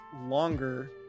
longer